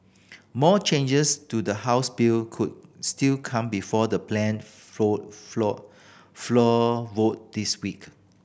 more changes to the House bill could still come before the planned floor floor floor vote this week